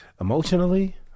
Emotionally